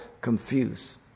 confuse